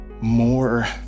more